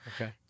Okay